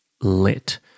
lit